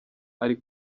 ari